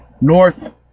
north